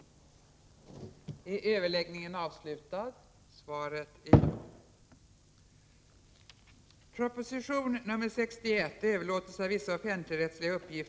Är statsrådet beredd att verka för import av sådant poliovaccin som inte tillverkats med hjälp av primära apceller?